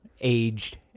aged